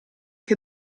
che